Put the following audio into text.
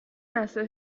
است